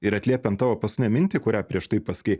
ir atliepiant tavo paskutinę mintį kurią prieš tai pasakei